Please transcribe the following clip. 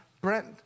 Brent